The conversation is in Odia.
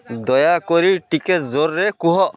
ଦୟା କରି ଟିକେ ଜୋର୍ରେ କୁହ